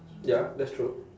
ya that's true